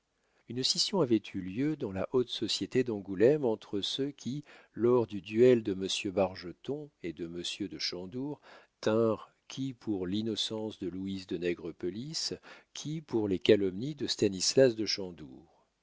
une scission avait eu lieu dans la haute société d'angoulême entre ceux qui lors du duel de monsieur bargeton et de monsieur de chandour tinrent qui pour l'innocence de louise de nègrepelisse qui pour les calomnies de stanislas de